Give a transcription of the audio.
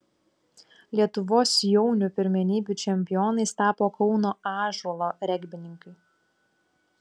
lietuvos jaunių pirmenybių čempionais tapo kauno ąžuolo regbininkai